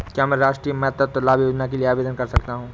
क्या मैं राष्ट्रीय मातृत्व लाभ योजना के लिए आवेदन कर सकता हूँ?